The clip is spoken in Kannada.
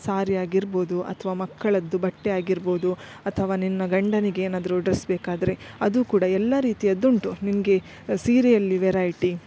ಸಾರಿಯಾಗಿರ್ಬೋದು ಅಥವಾ ಮಕ್ಕಳದ್ದು ಬಟ್ಟೆ ಆಗಿರ್ಬೋದು ಅಥವಾ ನಿನ್ನ ಗಂಡನಿಗೆ ಏನಾದರು ಡ್ರಸ್ ಬೇಕಾದರೆ ಅದು ಕೂಡ ಎಲ್ಲಾ ರೀತಿಯದ್ದು ಉಂಟು ನಿನಗೆ ಸೀರೆಯಲ್ಲಿ ವೆರೈಟಿ